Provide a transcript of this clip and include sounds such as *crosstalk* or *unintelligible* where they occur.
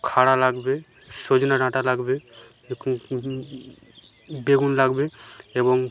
খাড়া লাগবে সজনে ডাঁটা লাগবে *unintelligible* বেগুন লাগবে এবং